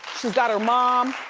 she's got her mom.